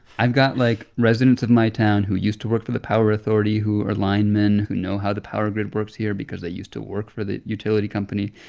i've got, like, residents of my town who used to work for the power authority, who are linemen, who know how the power grid works here because they used to work for the utility company.